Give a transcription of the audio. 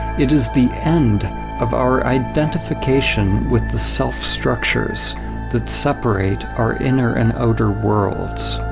it is the end of our identification with the self structures that separate our inner and outer worlds.